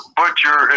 butcher